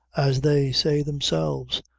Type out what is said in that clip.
as they say themselves,